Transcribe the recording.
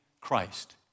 Christ